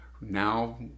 now